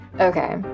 okay